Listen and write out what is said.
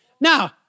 Now